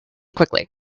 quickly